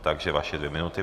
Takže vaše dvě minuty.